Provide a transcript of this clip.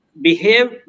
behave